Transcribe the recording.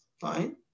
Fine